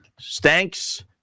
Stanks